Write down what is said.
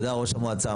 תודה ראש המועצה.